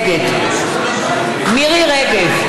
נגד מירי רגב,